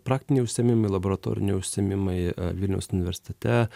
praktiniai užsiėmimai laboratoriniai užsiėmimai vilniaus universitete